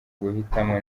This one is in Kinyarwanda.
guhitamo